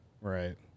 right